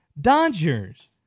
Dodgers